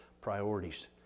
priorities